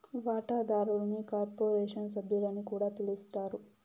వాటాదారుల్ని కార్పొరేషన్ సభ్యులని కూడా పిలస్తారు